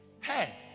Hey